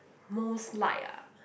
most like ah